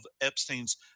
epstein's